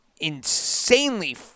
insanely